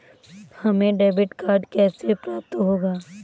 हमें debit card कैसे प्राप्त होगा?